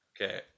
Okay